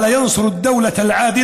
(אומר דברים בשפה הערבית